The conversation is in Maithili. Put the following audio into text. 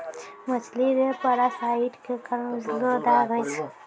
मछली मे पारासाइट क कारण उजलो दाग होय छै